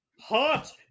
Hot